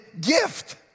gift